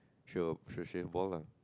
she will she will shave bald lah